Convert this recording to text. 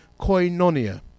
koinonia